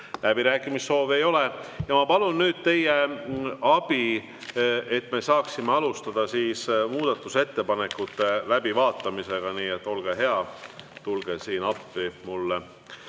läbirääkimise soove ei ole. Ja ma palun nüüd teie abi, et me saaksime alustada muudatusettepanekute läbivaatamist. Nii et olge head, tulge siin appi mulle.